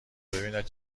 ببیند